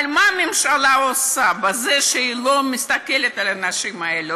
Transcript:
אבל מה הממשלה עושה בזה שהיא לא מסתכלת על האנשים האלה,